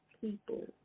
people